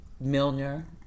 Milner